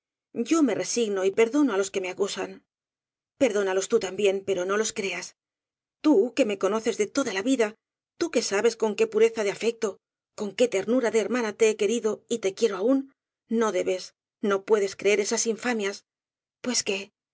yo me resigno y perdono á los que me acusan perdónalos tú también pero no los creas tú que me conoces de toda la vida tú que sabes con qué pureza de afecto con qué ter nura de hermana te he querido y te quiero aún no debes no puedes creer esas infamias pues qué